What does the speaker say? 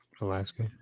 Alaska